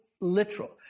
literal